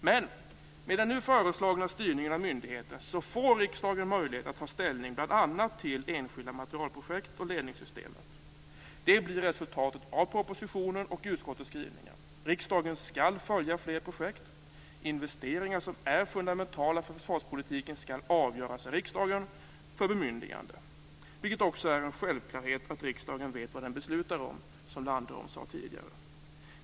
Med den nu förslagna styrningen av myndigheter får riksdagen möjlighet att ta ställning bl.a. till enskilda materialprojekt och ledningssystemet. Det blir resultatet av propositionen och utskottets skrivningar. Riksdagen skall följa fler projekt. Frågor om investeringar som är fundamentala för försvarspolitiken skall avgöras i riksdagen för bemyndigande. Det är också en självklarhet att riksdagen vet vad den beslutar om, som Landerholm sade tidigare.